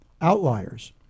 outliers